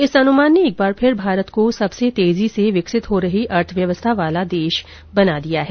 इस अनुमान ने एक बार फिर भारत को सबसे तेजी से विकसित हो रही अर्थव्यवस्था वाला देश बना दिया है